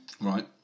Right